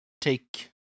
Take